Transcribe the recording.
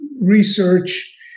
research